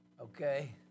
Okay